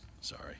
Sorry